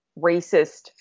racist